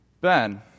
Ben